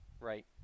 Right